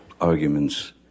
arguments